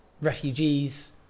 refugees